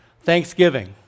Thanksgiving